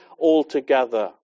altogether